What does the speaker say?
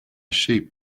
sheep